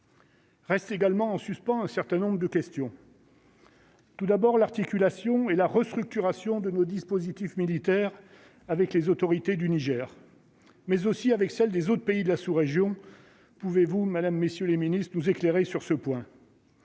Reste également en suspens un certain nombre de questions. Tout d'abord l'articulation et la restructuration de nos dispositifs militaires avec les autorités du Niger, mais aussi avec celle des autres pays de la sous-région, pouvez-vous, Madame, messieurs les Ministres nous éclairer sur ce point.